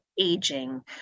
aging